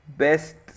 best